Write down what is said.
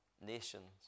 nations